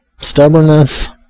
Stubbornness